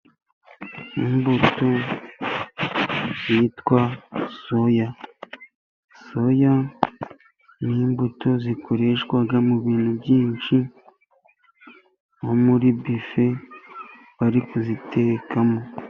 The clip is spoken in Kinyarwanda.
Imbuto zitwa soya, soya ni imbuto zikoreshwa mu bintu byinshi nko muri bife bari kuzitekamo.